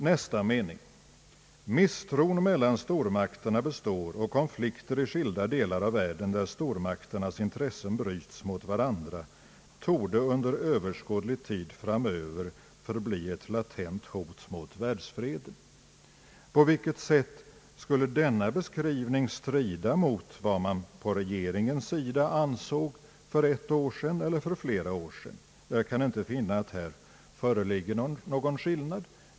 Nästa mening lyder: »Misstron mellan stormakterna består och konflikter i skilda delar av världen, där stormakternas intressen bryts mot varandra, torde under överskådlig tid framöver förbli ett latent hot mot världsfreden.» På vilket sätt skulle denna beskrivning strida mot vad man på regeringens sida ansåg för ett år sedan eller för flera år sedan? Jag kan inte finna att här föreligger någon skillnad.